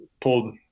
pulled